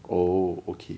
oh okay